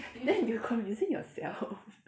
then you confusing yourself